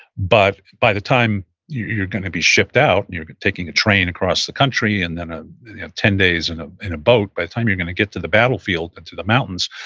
but by the time you're going to be shipped out, and you're taking a train across the country and then ah ten days in ah in a boat, by the time you're going to get to the battlefield and to the mountains,